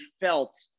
felt